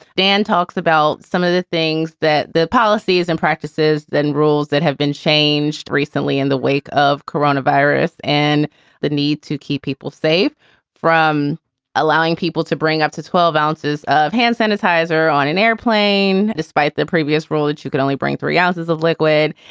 dan talks about some of the things that the policies and practices than rules that have been changed recently in the wake of coronavirus and the need to keep people safe from allowing people to bring up to twelve ounces of hand sanitizer. an airplane, despite the previous rule that you can only bring three ounces of liquid,